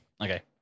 okay